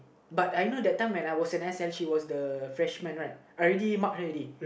but I know that time when I was an S L she was the freshman right I already mark her already